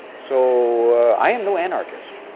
so i am no anarchist,